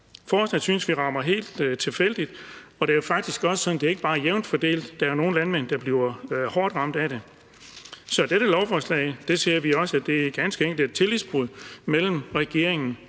forslaget rammer helt tilfældigt, og det er faktisk også sådan, at det ikke bare er jævnt fordelt; der er jo nogle landmænd, der bliver hårdt ramt af det. Så vi ser også, at dette lovforslag ganske enkelt er et tillidsbrud mellem regeringen